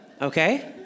okay